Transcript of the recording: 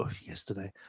yesterday